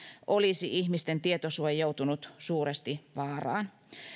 olisi ihmisten tietosuoja joutunut suuresti vaaraan